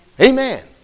Amen